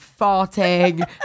farting